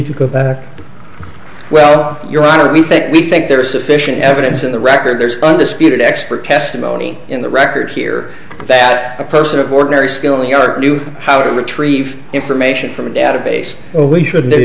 to go back well your honor we think we think there is sufficient evidence in the record there's undisputed expert testimony in the record here that a person of ordinary skill in the art knew how to retrieve information from a database or we should